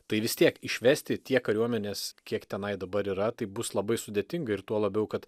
tai vis tiek išvesti tiek kariuomenės kiek tenai dabar yra tai bus labai sudėtinga ir tuo labiau kad